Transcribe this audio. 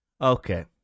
Okay